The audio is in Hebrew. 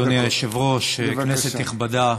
אדוני היושב-ראש, כנסת נכבדה,